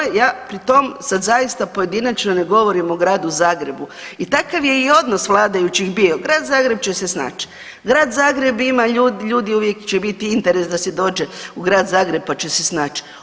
Pa to ja, pri tom sad zaista pojedinačno ne govorim o Gradu Zagrebu, i takav je i odnos vladajućih bio, grad Zagreb će se snaći, grad Zagreb ima ljudi, uvijek će biti interes da se dođe u grad Zagreb pa će se snaći.